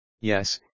Yes